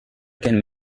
can